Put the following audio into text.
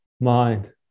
Mind